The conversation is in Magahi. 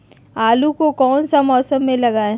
आलू को कौन सा मौसम में लगाए?